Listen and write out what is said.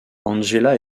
angela